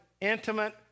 intimate